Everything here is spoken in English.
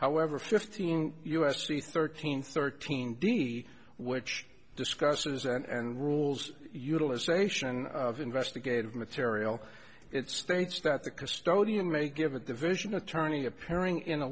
however fifteen u s c thirteen thirteen d which discusses and rules utilization of investigative material it states that the custodian may give a division attorney a pairing in a